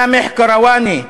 סאמח קרואני,